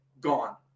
Gone